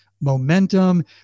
momentum